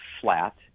flat